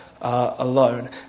Alone